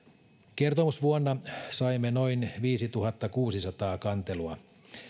kertomusvuonna saimme noin viisituhattakuusisataa kantelua